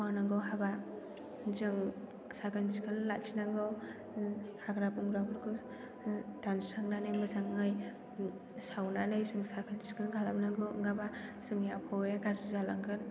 मावनांगौ हाबा जों साखोन सिखोन लाखिनांगौ हाग्रा बंग्राफोरखौ दानस्रांनानै मोजाङै सावनानै जों साखोन सिखोन खालामनांगौ नङाब्ला जोंनि आबहावाया गाज्रि जालांगोन